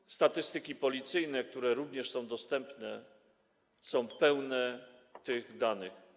Otóż statystyki policyjne, które również są dostępne, są pełne tych danych.